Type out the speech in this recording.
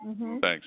Thanks